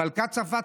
מלכת צרפת,